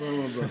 בפעם הבאה.